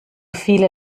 viele